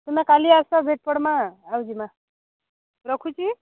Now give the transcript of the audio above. ତୁମେ କାଲି ଆସ ଭେଟ ପଡ଼ିବା ଆଉ ଜିମା ରଖୁଛି